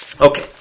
Okay